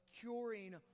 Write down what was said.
curing